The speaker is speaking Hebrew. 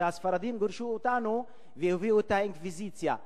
והספרדים גירשו אותנו והביאו את האינקוויזיציה.